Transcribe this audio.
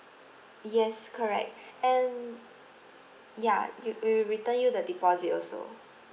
yes correct and ya we'll return you the deposit also